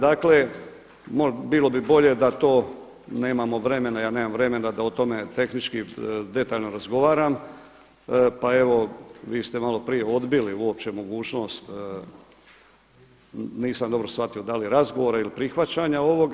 Dakle bilo bi bolje da to nemamo vremena, ja nemam vremena da o tome tehnički detaljno razgovaram pa evo vi ste maloprije odbili uopće mogućnost, nisam dobro shvatio da li razgovora ili prihvaćanja ovoga.